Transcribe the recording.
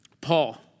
Paul